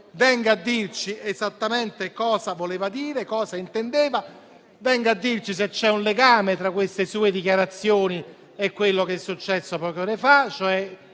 a chiarire cosa voleva dire, cosa intendeva; venga a dirci se c'è un legame tra le sue dichiarazioni e quello che è successo poche ore fa,